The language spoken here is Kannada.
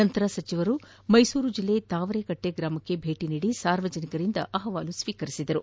ಬಳಿಕ ಸಚಿವರು ಮೈಸೂರು ಜಿಲ್ಲಾ ತಾವರೆಕಟ್ಟೆ ಗ್ರಾಮಕ್ಕೆ ಭೇಟಿ ನೀಡಿ ಸಾರ್ವಜನಿಕರಿಂದ ಅಹವಾಲು ಸ್ವೀಕರಿಸಿದರು